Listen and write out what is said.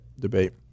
debate